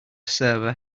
server